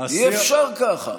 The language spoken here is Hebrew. אי-אפשר ככה.